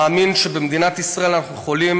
ומאמין שבמדינת ישראל אנחנו יכולים